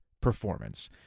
performance